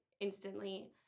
instantly